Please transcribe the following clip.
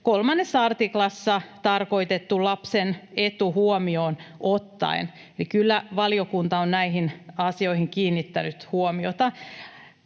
3 artiklassa tarkoitettu lapsen etu huomioon ottaen. Eli kyllä valiokunta on näihin asioihin kiinnittänyt huomiota.